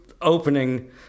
opening